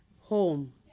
Home